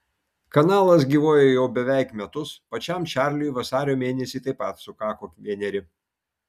kanalas gyvuoja jau beveik metus pačiam čarliui vasario mėnesį taip pat sukako vieneri